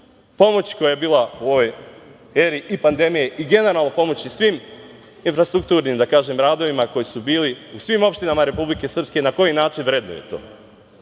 pomoć koja je bila u eri i pandemiji i generalno pomoć svim infrastrukturnim radovima koji su bili u svim opštinama Republike Srpske na koji način vrednuje to.